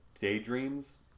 daydreams